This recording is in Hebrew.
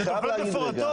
תודה רבה.